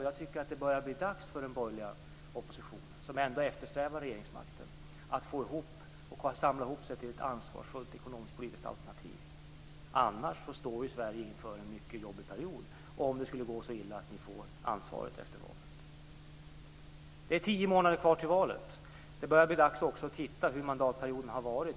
Jag tycker att det börjar bli dags för den borgerliga oppositionen, som ändå eftersträvar regeringsmakten, att samla ihop sig till ett ansvarsfullt ekonomisk-politiskt alternativ. Om ni inte gör det står Sverige inför en mycket jobbig period, om det skulle gå så illa att ni får regeringsansvaret efter valet. Det är alltså tio månader kvar till valet. Det börjar bli dags att också titta närmare på hur mandatperioden har varit.